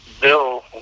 Bill